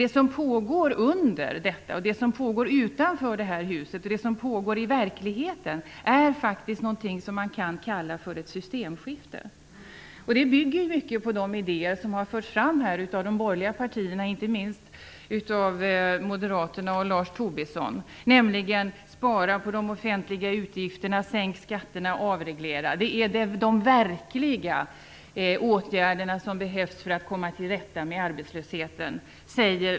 Det som pågår under tiden utanför det här huset i verkligheten är faktiskt någonting som man kan kalla för ett systemskifte. Det bygger mycket på de idéer som har förts fram här av de borgerliga partierna, inte minst av Moderaterna och Lars Tobisson. Det handlar om att man skall spara på de offentliga utgifterna, sänka skatterna och avreglera. Lars Tobisson säger att detta är de verkliga åtgärder som behövs för att man skall komma till rätta med arbetslösheten.